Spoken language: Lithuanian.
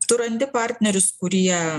tu randi partnerius kurie